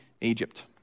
Egypt